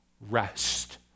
rest